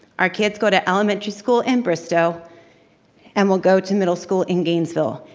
our kids go to elementary school in bristow and will go to middle school in gainesville.